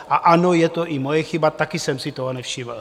A ano, je to i moje chyba, taky jsem si toho nevšiml.